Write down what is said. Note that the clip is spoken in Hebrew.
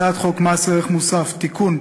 הצעת חוק מס ערך מוסף (תיקון,